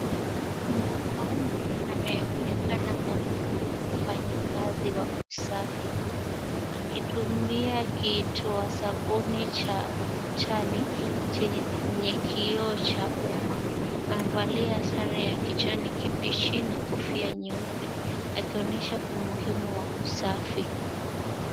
Mwanaume anayeonekana kama mfanyekazi wa usafi, akitumia kitoa sabuni Cha kijani chenye kioo Cha uma. Amevalia sare ya kijani kibichi na kofia cheupe. Akionyesha umuhimu wa uasfi